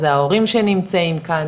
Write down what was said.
זה ההורים שנמצאים כאן,